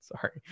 sorry